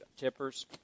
tippers